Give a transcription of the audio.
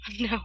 no